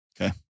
Okay